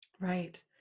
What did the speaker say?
Right